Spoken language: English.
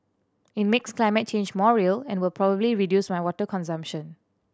it makes climate change more real and will probably reduce my water consumption